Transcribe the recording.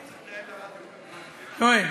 יואל,